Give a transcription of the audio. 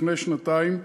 לפני שנתיים,